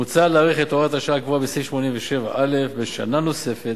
מוצע להאריך את תוקף הוראת השעה הקבועה בסעיף 87א בשנה נוספת,